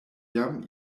jam